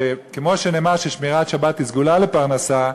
שכמו שנאמר ששמירת שבת היא סגולה לפרנסה,